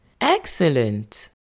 excellent